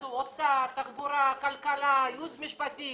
תתכנסו אוצר, תחבורה, כלכלה, ייעוץ משפטי